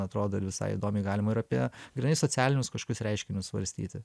atrodo ir visai įdomiai galima ir apie grynai socialinius kažkokius reiškinius svarstyti